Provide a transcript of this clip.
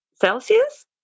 celsius